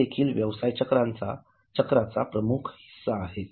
ते देखील व्यवसाय चक्राचा प्रमुख हिस्सा आहेत